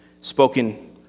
spoken